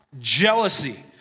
jealousy